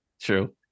true